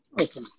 Okay